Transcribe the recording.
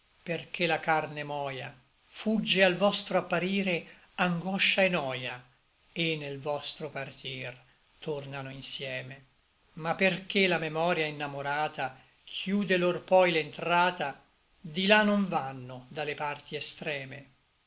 perché la carne moia fugge al vostro apparire angoscia et noia et nel vostro partir tornano insieme ma perché la memoria innamorata chiude lor poi l'entrata di là non vanno da le parti extreme